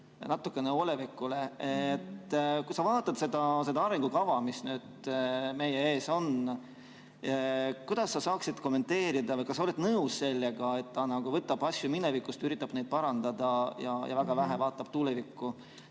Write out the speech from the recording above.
natukene olevikule. Kui sa vaatad seda arengukava, mis nüüd meie ees on, siis kuidas sa seda kommenteeriksid? Kas sa oled nõus sellega, et see võtab asju minevikust, üritab neid parandada, ja väga vähe vaatab tulevikku?